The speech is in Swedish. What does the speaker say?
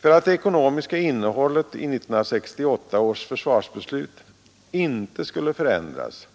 För att det ekonomiska innehållet i 1968 års försvarsbeslut inte skulle förändras